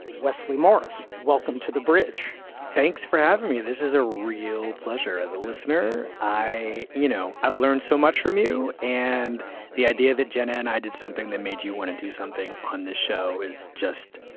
wesley morris, welcome to the bridge thanks for having me. this is a real pleasure as a listener. i you know, i've learned so much from you. and the idea that jenna and i did something that made you want to do something on this show is just.